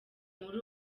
muri